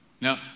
now